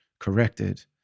corrected